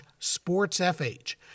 sportsfh